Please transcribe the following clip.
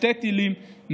שני טילים,